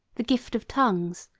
the gift of tongues,